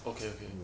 okay okay